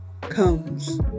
comes